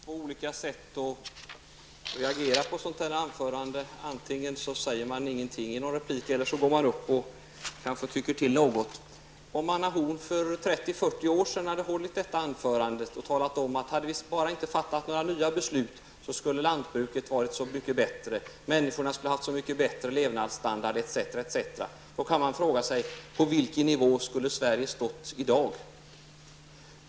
Herr talman! På det anförande som vi nyss hört kan man reagera på två olika sätt. Antingen säger man ingenting eller också går man kanske upp och säger några ord. Om Anna Horn af Rantzien för 30--40 år sedan hade hållit detta anförande och sagt, att hade vi bara inte fattat några nya beslut, skulle lantbruket ha varit så mycket bättre, människorna skulle ha haft så mycket bättre levnadsstandard, osv., ja då kan man fråga sig på vilken nivå Sverige skulle ha befunnit sig i dag?